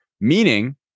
meaning